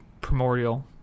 primordial